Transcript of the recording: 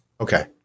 Okay